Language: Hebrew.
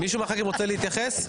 מישהו מחה"כים רוצה להתייחס?